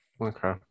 Okay